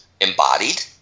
embodied